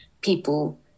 people